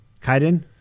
kaiden